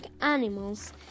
animals